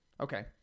okay